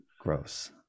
Gross